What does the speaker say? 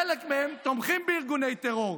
חלק מהם תומכים בארגוני טרור.